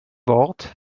wort